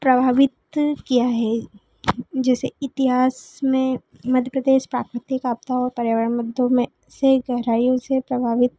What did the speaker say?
प्रभावित किया है जैसे इतिहास में मध्य प्रदेश प्राकृतिक आपदा और पर्यावरण मुद्दों में से गहराइयों से प्रभावित